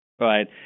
right